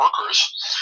workers